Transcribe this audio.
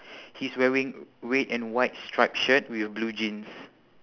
he's wearing red and white stripe shirt with blue jeans